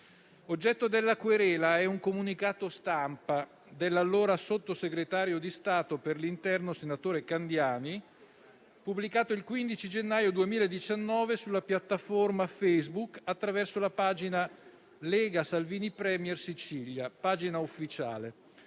Oggetto della querela è un comunicato stampa dell'allora Sottosegretario di Stato per l'interno, senatore Candiani, pubblicato il 15 gennaio 2019 sulla piattaforma Facebook, attraverso la pagina ufficiale «Lega Sicilia Salvini Premier»,